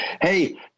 Hey